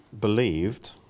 believed